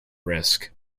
risk